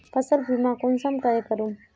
फसल बीमा कुंसम करे करूम?